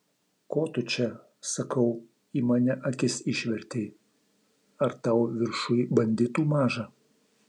ko tu čia sakau į mane akis išvertei ar tau viršuj banditų maža